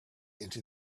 into